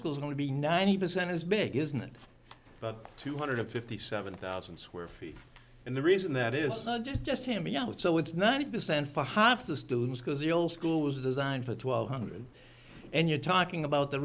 school's going to be ninety percent is big isn't it but two hundred fifty seven thousand square feet and the reason that is not just him young so it's ninety percent for half the students because the old school was designed for twelve hundred and you're talking about the